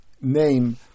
name